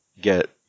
get